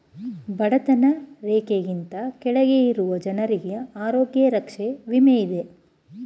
ಬಡತನ ರೇಖೆಗಿಂತ ಕೆಳಗೆ ಇರುವ ಜನರಿಗೆ ಆರೋಗ್ಯ ರಕ್ಷೆ ವಿಮೆ ಇದೆ